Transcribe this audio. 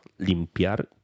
limpiar